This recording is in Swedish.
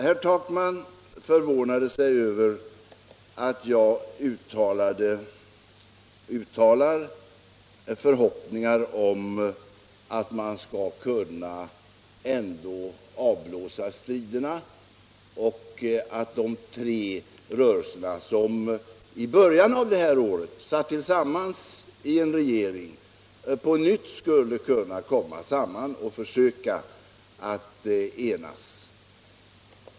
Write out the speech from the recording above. Herr Takman förvånade sig över att jag uttalar förhoppningar om att man skall kunna avblåsa striderna och att de tre rörelserna, som i början av det här året satt tillsammans i en regering, på nytt skulle kunna komma samman och försöka att enas.